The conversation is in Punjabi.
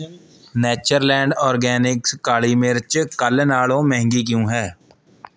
ਨੈਚਰਲੈਂਡ ਔਰਗੈਨਿਕਸ ਕਾਲ਼ੀ ਮਿਰਚ ਕੱਲ੍ਹ ਨਾਲੋਂ ਮਹਿੰਗੀ ਕਿਉਂ ਹੈ